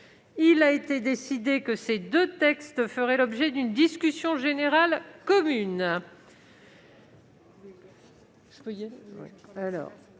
Il a été décidé que ces deux textes feraient l'objet d'une discussion générale commune.